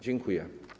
Dziękuję.